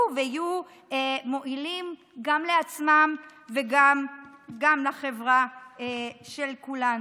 ויהיו מועילים גם לעצמם וגם לחברה של כולנו.